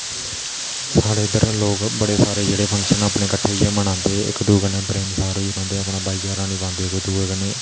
साढ़े इद्धर लोक बड़े सारे जेह्ड़े फक्शन अपने कट्ठे होइयै मनांदे इक दुऐ कन्ने मिलनसार होइयै रौंह्दे अपन भाईचारा नभांदे इक दुऐ कन्नै